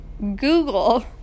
Google